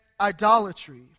idolatry